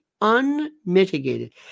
unmitigated